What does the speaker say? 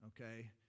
okay